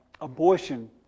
Abortion